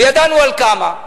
וידענו על כמה.